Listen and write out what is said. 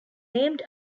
named